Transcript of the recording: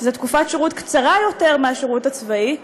שזו תקופת שירות קצרה יותר מהשירות הצבאי,